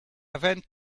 vent